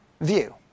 view